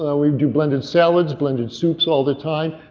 ah we we do blended salads, blended soups all the time,